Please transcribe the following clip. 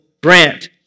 brand